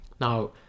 Now